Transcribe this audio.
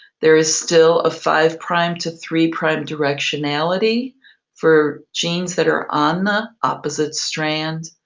there is still a five-prime to three-prime directionality for genes that are on the opposite strands,